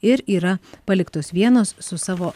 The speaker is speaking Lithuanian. ir yra paliktos vienos su savo